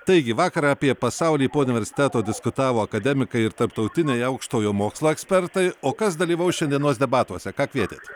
taigi vakar apie pasaulį po universiteto diskutavo akademikai ir tarptautiniai aukštojo mokslo ekspertai o kas dalyvaus šiandienos debatuose ką kvietėt